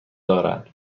دارد